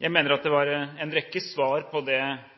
Jeg mener at det var